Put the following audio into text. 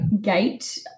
gate